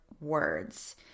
words